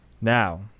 Now